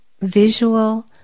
visual